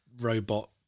robot